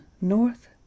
north